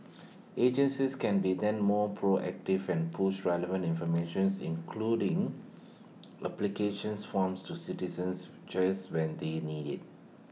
agencies can be then more proactive and push relevant informations including applications forms to citizens just when they need IT